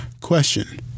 Question